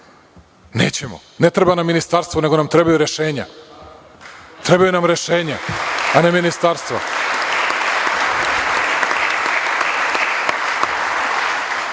Nećemo. Ne treba nam ministarstvo, nego nam trebaju rešenja. Trebaju nam rešenja, a ne ministarstva. Kažete